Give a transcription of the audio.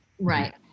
Right